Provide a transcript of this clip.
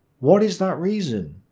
what is that reason?